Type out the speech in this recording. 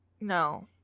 No